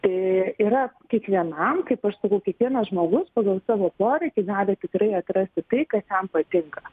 tai yra kiekvienam kaip aš sakau kiekvienas žmogus pagal savo poreikį gali tikrai atrasti tai kas jam patinka